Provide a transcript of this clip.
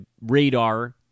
radar